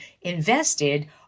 invested